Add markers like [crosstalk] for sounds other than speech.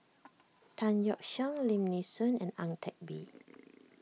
Tan Yeok Seong Lim Nee Soon and Ang Teck Bee [noise]